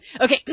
Okay